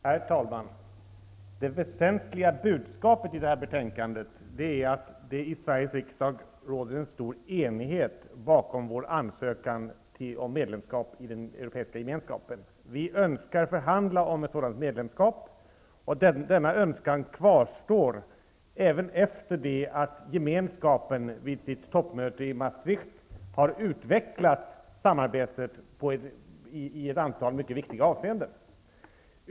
Herr talman! Det väsentliga budskapet i det här betänkandet är att det i Sveriges riksdag råder en stor enighet bakom vår ansökan om medlemskap i den Europeiska gemenskapen. Vi önskar förhandla om ett sådant medlemskap. Denna önskan kvarstår även efter det att Gemenskapen vid sitt toppmöte i Maastricht har utvecklat samarbetet i ett antal mycket viktiga avseenden.